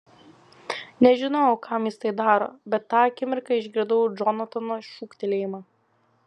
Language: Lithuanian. nežinojau kam jis tai daro bet tą akimirką išgirdau džonatano šūktelėjimą